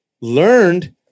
learned